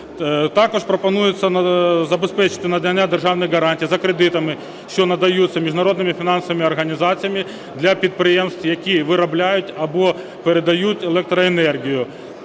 Також пропонується забезпечити надання державних гарантій за кредитами, що надаються міжнародними фінансовими організаціями для підприємств, які виробляють або передають електроенергію.